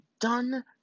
done